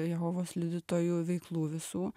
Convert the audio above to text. jehovos liudytojų veiklų visų